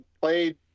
played